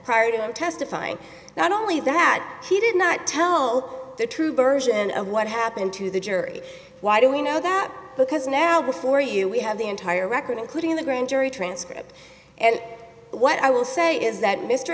prior to him testifying not only that he did not tell the truth gershon of what happened to the jury why do we know that because now before you we have the entire record including the grand jury transcript and what i will say is that mr